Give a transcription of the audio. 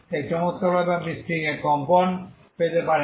তাই চমৎকারভাবে আপনি স্ট্রিং এর কম্পন পেতে পারেন